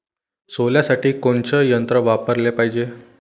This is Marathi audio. सोल्यासाठी कोनचं यंत्र वापराले पायजे?